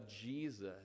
Jesus